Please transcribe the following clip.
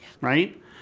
right